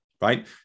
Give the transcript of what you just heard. right